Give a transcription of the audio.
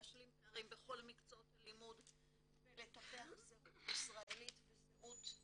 להשלים פערים בכל מקצועות הלימוד ולטפח זהות ישראלית וזהות יהודית.